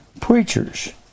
Preachers